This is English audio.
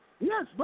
Yes